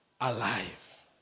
alive